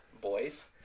boys